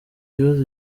kibazo